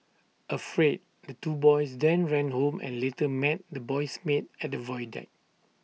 afraid the two boys then ran home and later met the boy's maid at the void deck